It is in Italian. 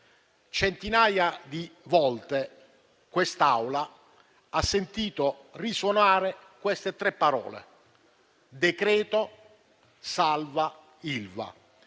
Centinaia di volte quest'Aula ha sentito risuonare queste tre parole: decreto salva Ilva.